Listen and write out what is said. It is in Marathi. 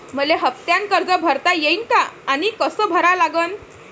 मले हफ्त्यानं कर्ज भरता येईन का आनी कस भरा लागन?